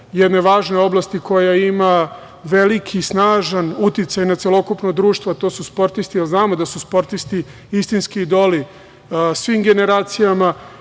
jedne važne oblasti koja ima veliki, snažan uticaj na celokupno društvo, a to su sportisti, jer znamo da su sportisti istinski idoli svim generacijama. Ovim